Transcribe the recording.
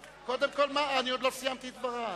אני עוד לא סיימתי את דברי.